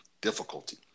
difficulty